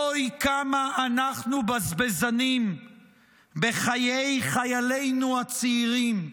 אוי, כמה אנחנו בזבזנים בחיי חיילינו הצעירים,